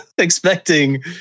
expecting